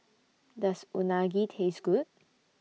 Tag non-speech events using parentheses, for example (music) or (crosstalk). (noise) Does Unagi Taste Good